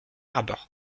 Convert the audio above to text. rapport